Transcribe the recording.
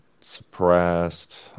suppressed